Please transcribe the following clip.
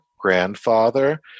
grandfather